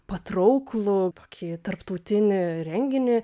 patrauklų tokį tarptautinį renginį